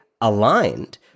aligned